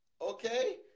Okay